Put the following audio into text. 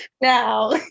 Now